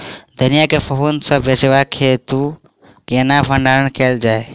धनिया केँ फफूंदी सऽ बचेबाक हेतु केना भण्डारण कैल जाए?